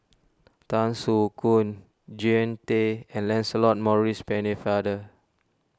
Tan Soo Khoon Jean Tay and Lancelot Maurice Pennefather